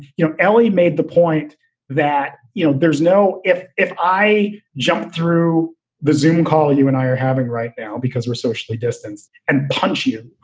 you know, ellie made the point that, you know, there's no if if i jump through the zuman call you and i are having right now because we're socially distance and punch you.